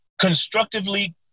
Constructively